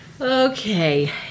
Okay